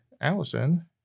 Allison